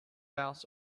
out